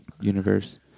universe